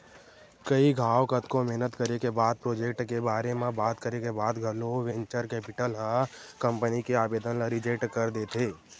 कई घांव कतको मेहनत करे के बाद प्रोजेक्ट के बारे म बात करे के बाद घलो वेंचर कैपिटल ह कंपनी के आबेदन ल रिजेक्ट कर देथे